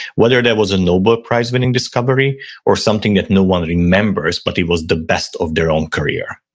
whether there was a nobel prize winning discovery or something that no one remembers, but it was the best of their own career.